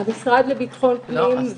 המשרד לביטחון פנים.